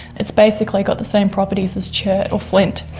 it's basically got the same properties as chert or flint.